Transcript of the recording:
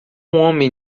homem